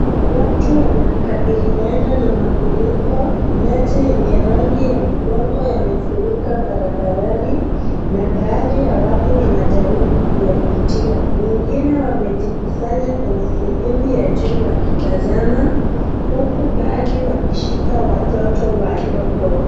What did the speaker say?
Watu wanakabiliana na mafuriko, maji yenye rangi ya udongo yamefurika barabarani na baadhi ya watu wanajaribu kuyapitia. Wengine wamejikusanya kwenye sehemu ya juu wakitazama huku baadhi wakishika watoto wadogo.